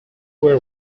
were